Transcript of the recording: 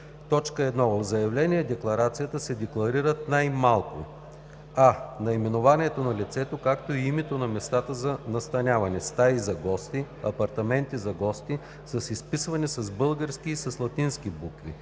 1. в заявление-декларацията се декларират най-малко: а) наименованието на лицето, както и името на местата за настаняване – стаи за гости, апартаменти за гости (с изписване с български и с латински букви),